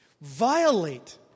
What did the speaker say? violate